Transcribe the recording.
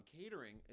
catering